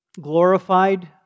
glorified